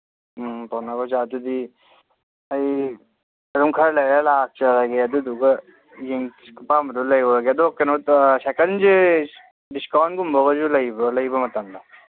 ꯎꯝ ꯄꯧꯅꯥ ꯕꯖꯥꯔ ꯑꯗꯨꯗꯤ ꯑꯩ ꯑꯗꯨꯝ ꯈꯔ ꯂꯩꯔ ꯂꯥꯛꯆꯔꯒꯦ ꯑꯗꯨꯗꯨꯒ ꯑꯄꯥꯝꯕꯗꯣ ꯂꯩꯔꯨꯔꯒꯦ ꯑꯗꯣ ꯀꯩꯅꯣ ꯁꯥꯏꯀꯟꯁꯦ ꯗꯤꯁꯀꯥꯎꯟꯒꯨꯝꯕꯁꯨ ꯂꯩꯕ꯭ꯔꯣ ꯂꯩꯕ ꯃꯇꯝꯗ